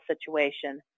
situation